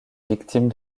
victimes